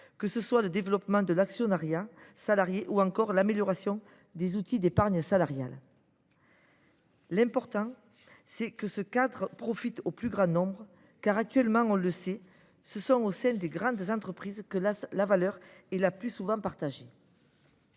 que ce soit le développement de l’actionnariat salarié ou encore l’amélioration des outils d’épargne salariale. L’important reste que ce cadre profite au plus grand nombre, car on sait que, pour l’instant, c’est au sein des grandes entreprises que la valeur est le plus souvent partagée.